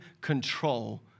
control